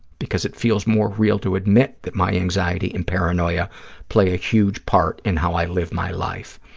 because it feels more real to admit that my anxiety and paranoia play a huge part in how i live my life.